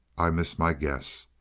i miss my guess.